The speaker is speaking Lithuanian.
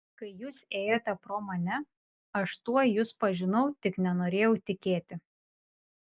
kai jūs ėjote pro mane aš tuoj jus pažinau tik nenorėjau tikėti